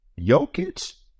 Jokic